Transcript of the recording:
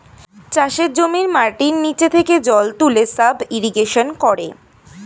চাষের জমির মাটির নিচে থেকে জল তুলে সাব ইরিগেশন করে